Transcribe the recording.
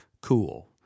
cool